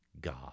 God